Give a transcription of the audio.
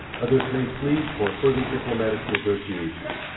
others may plead for further diplomatic negotiation,